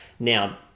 Now